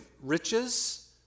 riches